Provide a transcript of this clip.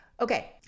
Okay